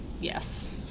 Yes